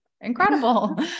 incredible